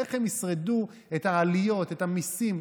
איך הם ישרדו את העליות, את המיסים?